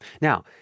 Now